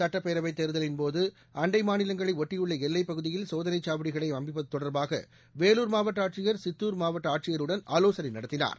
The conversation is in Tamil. சுட்டப்பேரவை தேர்தலின்போது அண்டை மாநிலங்களை ஒட்டியுள்ள எல்லைப் பகுதியில் சோதனை சாவடிகளை அமைப்பது தொடர்பாக வேலுர் மாவட்ட ஆட்சியர் சித்தூர் மாவட்ட ஆட்சியருடன் ஆலோசனை நடத்தினார்